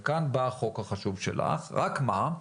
כאן בא החוק החשוב שלך, רק מה?